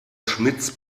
schmitz